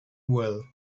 well